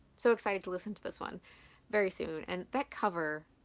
so excited to listen to this one very soon. and that cover.